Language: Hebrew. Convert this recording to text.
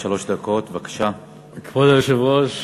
מודה שאני, כבוד היושב-ראש,